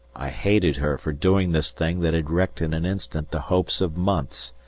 i hated her for doing this thing that had wrecked in an instant the hopes of months,